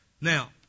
Now